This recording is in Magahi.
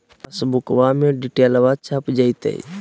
पासबुका में डिटेल्बा छप जयते?